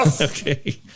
Okay